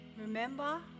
Remember